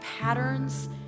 patterns